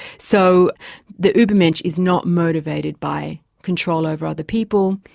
so the ubermensch is not motivated by control over other people,